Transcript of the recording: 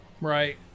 Right